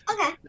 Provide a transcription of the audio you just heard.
Okay